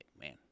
Man